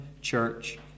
church